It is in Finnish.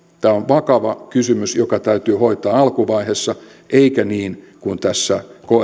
tämä on vakava kysymys joka täytyy hoitaa alkuvaiheessa eikä niin kuin tässä